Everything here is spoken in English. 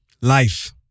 Life